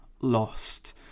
Lost